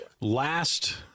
Last